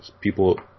people